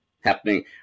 happening